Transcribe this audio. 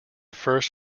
first